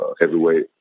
heavyweight